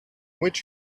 which